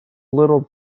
little